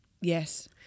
Yes